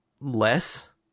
less